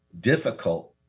difficult